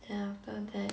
then after that